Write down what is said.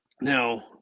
now